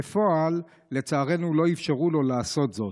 בפועל לצערנו לא אפשרו לו לעשות זאת.